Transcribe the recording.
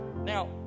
Now